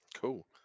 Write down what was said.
Cool